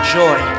joy